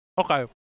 Okay